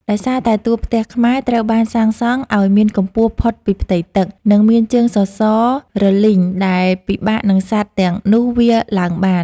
ដោយសារតែតួផ្ទះខ្មែរត្រូវបានសាងសង់ឱ្យមានកម្ពស់ផុតពីផ្ទៃទឹក និងមានជើងសសររលីងដែលពិបាកនឹងសត្វទាំងនោះវារឡើងបាន។